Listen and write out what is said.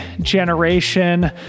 generation